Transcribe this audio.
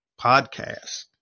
podcast